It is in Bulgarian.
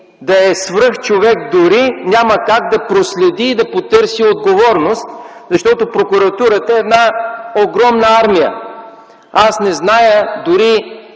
да е свръхчовек, няма как да проследи и да потърси отговорност, защото Прокуратурата е една огромна армия. Аз не зная, дори